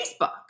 Facebook